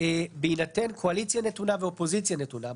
בהינתן קואליציה נתונה ואופוזיציה נתונה.